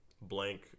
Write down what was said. blank